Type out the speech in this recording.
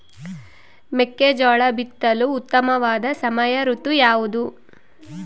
ಮೆಕ್ಕೆಜೋಳ ಬಿತ್ತಲು ಉತ್ತಮವಾದ ಸಮಯ ಋತು ಯಾವುದು?